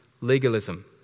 legalism